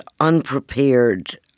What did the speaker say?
unprepared